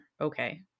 okay